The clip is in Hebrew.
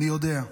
אני יודע,